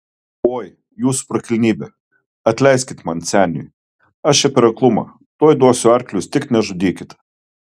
oi jūsų prakilnybe atleiskit man seniui aš čia per aklumą tuoj duosiu arklius tik nežudykit